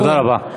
תודה רבה.